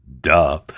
Duh